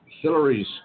Hillary's